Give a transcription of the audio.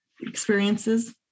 experiences